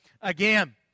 again